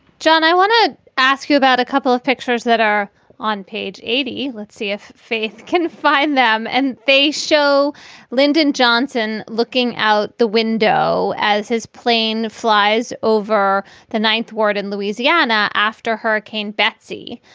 john, i want to ask you about a couple of pictures that are on page eighty. see if faith can find them and they show lyndon johnson looking out the window as his plane flies over the ninth ward in louisiana after hurricane betsy.